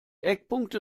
eckpunkte